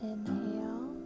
Inhale